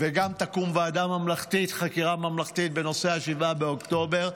וגם תקום ועדת חקירה ממלכתית בנושא 7 באוקטובר,